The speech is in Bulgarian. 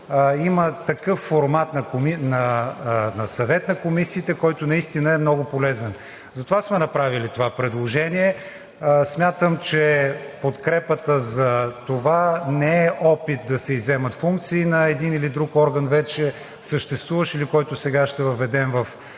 има такъв формат на Съвет на комисиите, който наистина е много полезен. Затова сме направили това предложение. Смятам, че подкрепата за това не е опит да се изземат функции на един или друг орган – вече съществуващ или който сега ще въведем в работата